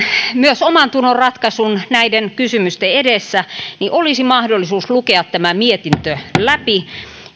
myös omantunnon ratkaisun näiden kysymysten edessä olisi mahdollisuus lukea tämä mietintö läpi